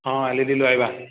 অঁ এলিডিলৈ আহিবা